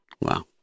Wow